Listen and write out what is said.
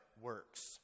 works